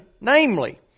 namely